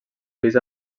pis